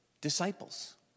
disciples